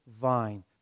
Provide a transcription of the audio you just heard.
vine